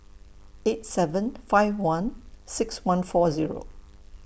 eight seven five one six one four Zero